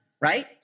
right